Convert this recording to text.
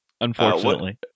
unfortunately